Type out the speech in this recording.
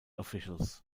officials